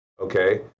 okay